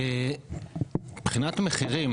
מבחינת מחירים